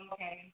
Okay